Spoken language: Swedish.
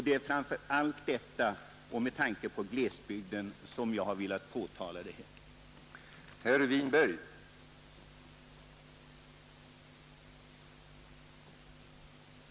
Det är mot den bakgrunden och med tanke på glesbygden som jag har velat göra detta påtalande.